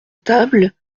table